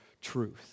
truth